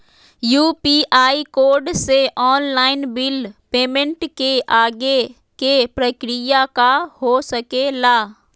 UPI code से online bill payment के आगे के प्रक्रिया का हो सके ला?